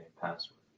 password